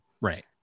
Right